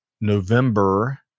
November